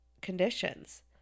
conditions